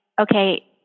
okay